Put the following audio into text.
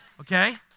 Okay